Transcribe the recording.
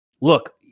look